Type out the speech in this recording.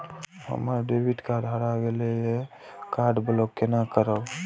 हमर debit card हरा गेल ये कार्ड ब्लॉक केना करब?